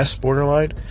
borderline